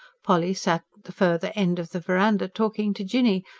polly sat the further end of the verandah talking to jinny,